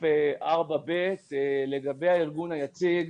4(ב) לגבי הארגון היציג,